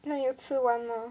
那你有吃完吗